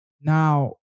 Now